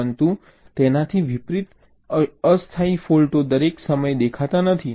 પરંતુ તેનાથી વિપરિત અસ્થાયી ફૉલ્ટો દરેક સમયે દેખાતા નથી